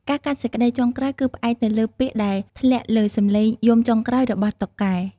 ការកាត់សេចក្តីចុងក្រោយគឺផ្អែកទៅលើ ពាក្យដែលធ្លាក់លើសំឡេងយំចុងក្រោយ របស់តុកែ។